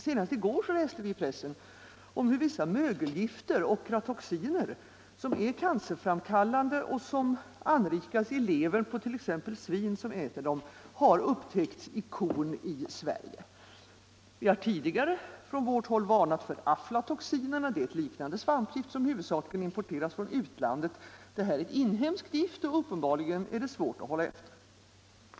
Senast i går läste vi i pressen om hur vissa mögelgifter, och ratoxiner, som är cancerframkallande och som anrikas i levern på exempelvis svin som äter dem, har upptäckts i korn i Sverige. Vi har tidigare från vårt håll varnat för aflatoxinerna, ett liknande svampgift som huvudsakligen importeras från utlandet. Det här är en inhemskt gift och uppenbarligen svårt att hålla efter.